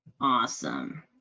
awesome